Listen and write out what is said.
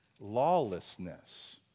lawlessness